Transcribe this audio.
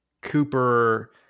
Cooper